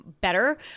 better